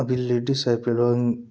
अभी ladies I P L हुआ